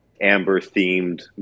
Amber-themed